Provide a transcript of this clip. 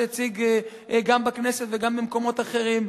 שהציג גם בכנסת וגם במקומות אחרים,